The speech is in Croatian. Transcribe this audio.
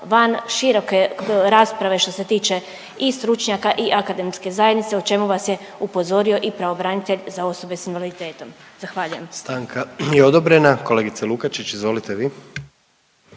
van široke rasprave što se tiče i stručnjaka i akademske zajednice o čemu vas je upozorio i pravobranitelj za osobe s invaliditetom. Zahvaljujem. **Jandroković, Gordan (HDZ)** Stanka je odobrena. Kolegice Lukačić izvolite vi.